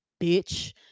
bitch